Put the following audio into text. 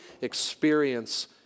experience